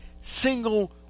single